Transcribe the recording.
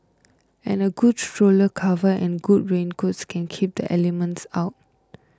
and a good stroller cover and good raincoat can keep the elements out